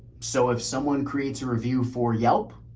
so if someone creates a review for yelp,